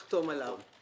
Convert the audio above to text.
תחתום עליו.